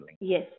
yes